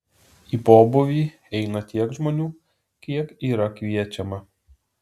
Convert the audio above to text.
į pobūvį eina tiek žmonių kiek yra kviečiama